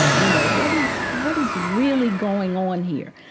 you know, what is what is really going on here?